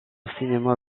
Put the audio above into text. cinéma